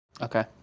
okay